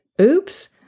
Oops